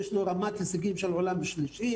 יש לו רמת הישגים של עולם שלישי,